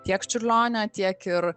tiek čiurlionio tiek ir